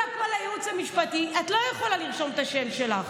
בייעוץ המשפטי אמרו לה: את לא יכולה לרשום את השם שלך.